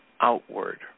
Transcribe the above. outward